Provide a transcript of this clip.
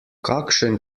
kakšen